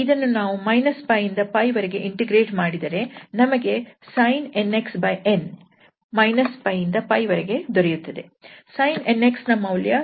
ಇದನ್ನು ನಾವು −𝜋 ಇಂದ 𝜋 ವರೆಗೆ ಇಂಟಿಗ್ರೇಟ್ ಮಾಡಿದರೆ ನಮಗೆ sin nxn −𝜋 ಇಂದ 𝜋 ವರೆಗೆ ದೊರೆಯುತ್ತದೆ